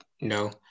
no